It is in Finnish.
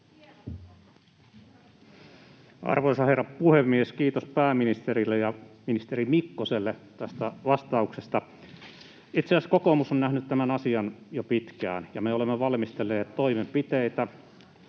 Arvoisa herra puhemies! Kiitos pääministerille ja ministeri Mikkoselle tästä vastauksesta. Itse asiassa kokoomus on nähnyt tämän asian jo pitkään, ja me olemme valmistelleet toimenpiteitä,